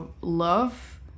love